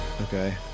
Okay